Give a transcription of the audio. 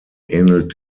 ähnelt